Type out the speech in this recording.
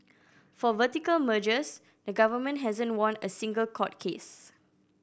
for vertical mergers the government hasn't won a single court case